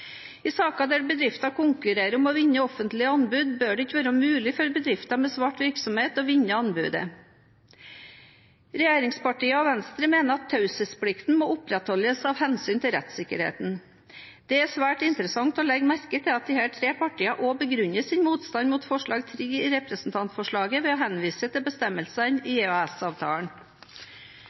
I saker der bedrifter konkurrerer om å vinne offentlige anbud, bør det ikke være mulig for bedrifter med svart virksomhet å vinne anbudet. Regjeringspartiene og Venstre mener at taushetsplikten må opprettholdes av hensyn til rettssikkerheten. Det er svært interessant å legge merke til at disse tre partiene også begrunner sin motstand mot forslag 3 i representantforslaget ved å henvise til bestemmelsene i